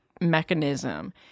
mechanism